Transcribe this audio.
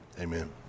Amen